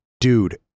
dude